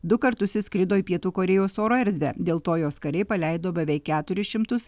du kartus įskrido į pietų korėjos oro erdvę dėl to jos kariai paleido beveik keturis šimtus